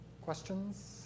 questions